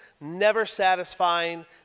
never-satisfying